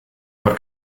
por